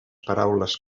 paraules